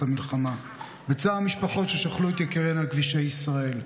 המלחמה ובצער המשפחות ששכלו את יקיריהן על כבישי ישראל,